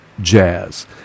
jazz